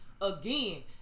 again